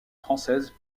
française